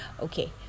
okay